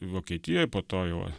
vokietijoje po to jau